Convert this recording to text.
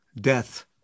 death